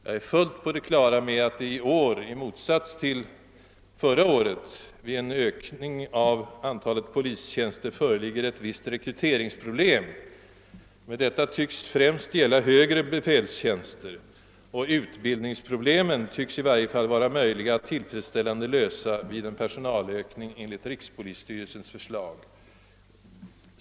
Jag är fullt på det klara med att det i år i motsats till förra året vid en ökning av antalet polistjänster föreligger ett visst rekryteringsproblem. Detta tycks dock främst gälla högre befälstjänster. Utbildningsproblemen synes i varje fall vara möjliga att tillfredsställande lösa vid en personalökning enligt rikspolisstyrelsens förslag.